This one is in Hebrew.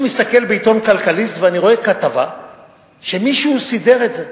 אני מסתכל בעיתון "כלכליסט" ואני רואה כתבה שמישהו סידר את זה,